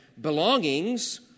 belongings